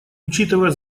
учитывая